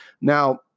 now